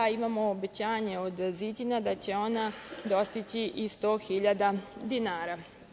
Imamo obećanje od „Ziđina“ da će ona dostići i 1000.000 dinara.